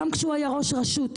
גם כשהוא היה ראש רשות.